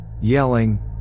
yelling